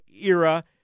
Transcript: era